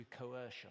coercion